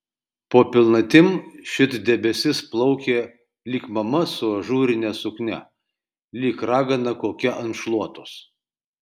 po pilnatim šit debesis plaukė lyg mama su ažūrine suknia lyg ragana kokia ant šluotos